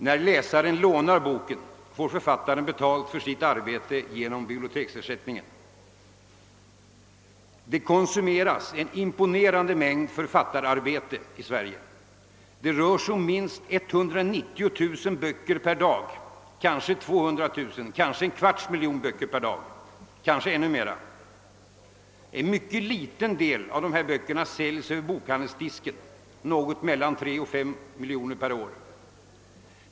När läsaren lånar boken får författaren betalt för sitt arbete genom biblioteksersättningen. Det konsumeras en imponerande mängd författararbete i Sverige. Det rör sig om minst 190000 böcker per dag — kanske 200 000, kanske en kvarts miljon, kanske ännu mer. En mycket liten del av dessa böcker säljs över bokhandelsdisken — mellan 3 och 5 miljoner per år.